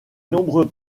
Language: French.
nombreux